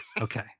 Okay